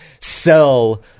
sell